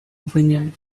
opinion